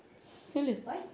சொல்லு:sollu